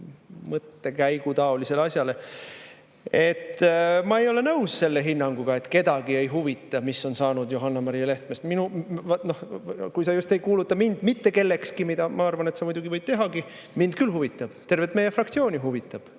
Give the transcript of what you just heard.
mõttekäigutaolisele asjale. Ma ei ole nõus selle hinnanguga, et kedagi ei huvita, mis on saanud Johanna-Maria Lehtmest. Kui sa just ei kuuluta mind mitte kellekski, mida, ma arvan, sa muidugi võid tehagi. Mind küll huvitab, tervet meie fraktsiooni huvitab,